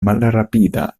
malrapida